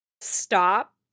stop